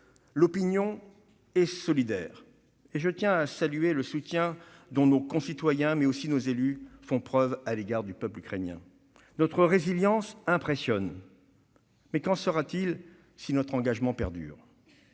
l'opinion est solidaire et je tiens à saluer le soutien dont nos concitoyens et nos élus font preuve à l'égard du peuple ukrainien. Notre résilience impressionne, mais qu'en sera-t-il si notre engagement doit perdurer ?